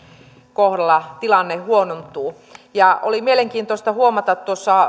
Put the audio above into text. kohdalla tilanne huonontuu oli mielenkiintoista huomata